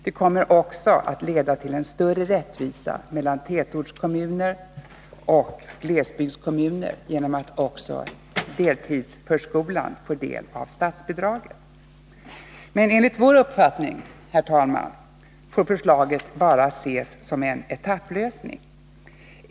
Det kommer också att leda till en större rättvisa mellan tätortskommuner och glesbygdskommuner, genom att deltidsförskolan får del av statsbidraget. Enligt vår uppfattning, herr talman, får förslaget bara ses som en etapplösning.